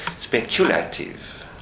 speculative